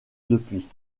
depuis